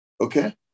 Okay